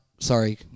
sorry